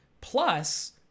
plus